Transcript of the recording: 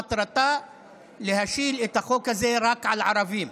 מטרתה להשית את החוק הזה רק על ערבים,